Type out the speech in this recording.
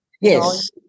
Yes